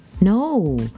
No